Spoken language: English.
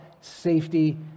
safety